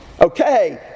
Okay